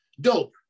Dope